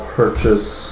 purchase